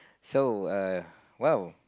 so err !wow!